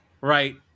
Right